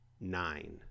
nine